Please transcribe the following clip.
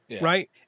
right